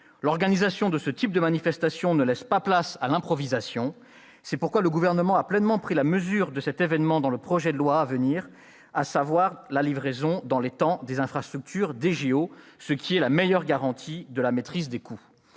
L'organisation de ce type de manifestation ne laisse pas de place à l'improvisation. C'est pourquoi le Gouvernement a pleinement pris la mesure de cet événement dans le projet de loi à venir, à savoir d'abord la livraison dans les temps des infrastructures des jeux, ce qui est la meilleure garantie de maîtrise des coûts.